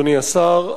אדוני השר,